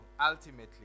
ultimately